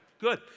Good